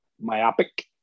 myopic